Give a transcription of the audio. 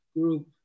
group